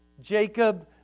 jacob